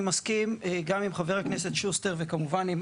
אני מסכים גם עם חבר הכנסת שוסטר וכמובן עם